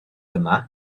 yma